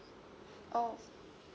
oh